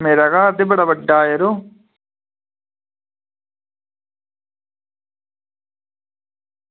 मेरे स्हाब च बड़ा बड्डा यरो